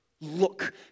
look